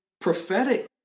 prophetic